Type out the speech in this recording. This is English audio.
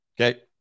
Okay